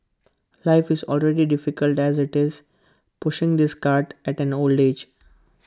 life is already difficult as IT is pushing this cart at an old age